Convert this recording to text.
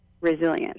resilience